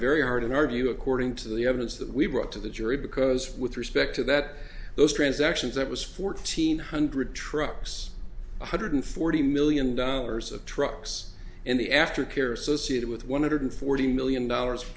very hard in our view according to the evidence that we brought to the jury because with respect to that those transactions that was fourteen hundred trucks one hundred forty million dollars of trucks in the aftercare associated with one hundred forty million dollars